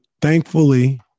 thankfully